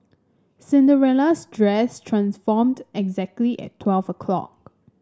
Cinderella's dress transformed exactly at twelve o'clock